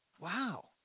Wow